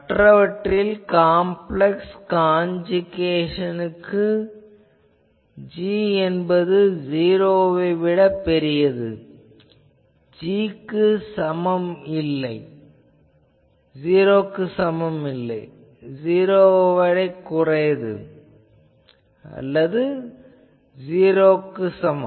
மற்றவற்றில் complex காஞ்சுகேசனுக்கு g என்பது '0' வைவிடப் பெரியது '0' க்கு சமம் இல்லை '0' வைவிட குறைவானது '0' க்கு சமம்